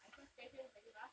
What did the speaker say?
my first question for you ah